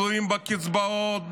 תלויים בקצבאות,